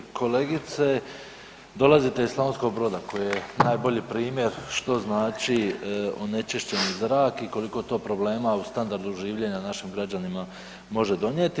Kolegice, dolazite iz Slavonskog Broda koji je najbolji primjer što znači onečišćeni zrak i koliko to problema u standardu življenja našim građanima može donijeti.